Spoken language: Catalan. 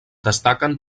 destaquen